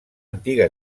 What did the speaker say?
antiga